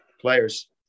players